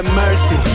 mercy